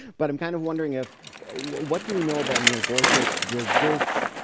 but i'm kind of wondering if what do we know about neil gorsuch does this?